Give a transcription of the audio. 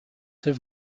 have